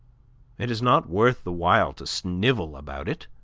it is not worth the while to snivel about it.